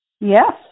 Yes